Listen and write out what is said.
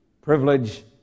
privilege